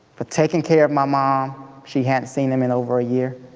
for taking care of my mom she hadn't seen him in over a year